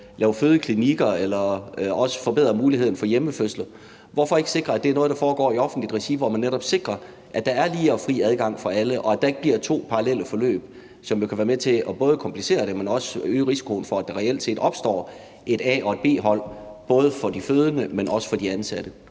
lave fødeklinikker eller ved at forbedre mulighederne for hjemmefødsler? Hvorfor ikke sikre, at det er noget, der foregår i offentligt regi, hvor man netop sikrer, at der er lige og fri adgang for alle, og at der ikke bliver to parallelle forløb, som jo både kan være med til at komplicere det, men som også kan være med til at øge risikoen for, at der reelt set opstår et A- og et B-hold, både for de fødende, men også for de ansatte?